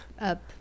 up